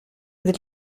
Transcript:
del